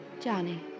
Johnny